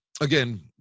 Again